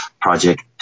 project